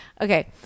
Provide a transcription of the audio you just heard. Okay